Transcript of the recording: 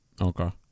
Okay